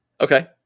Okay